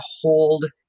hold